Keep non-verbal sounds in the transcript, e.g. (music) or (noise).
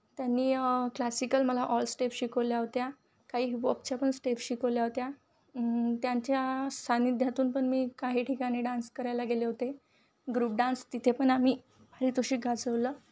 त्यांनी क्लासिकल मला all step शिकवल्या होत्या काही हिपॉपच्या पण स्टेप शिकवल्या होत्या त्यांच्या सान्निध्यातून पण मी काही ठिकाणी डान्स करायला गेले होते ग्रुप डान्स तिथे पण आम्ही (unintelligible) गाजवलं